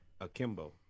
Akimbo